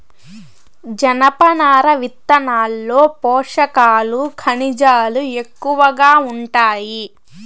జనపనార విత్తనాల్లో పోషకాలు, ఖనిజాలు ఎక్కువగా ఉంటాయి